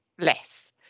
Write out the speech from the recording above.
less